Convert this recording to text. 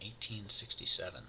1867